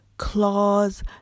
claws